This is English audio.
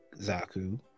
Zaku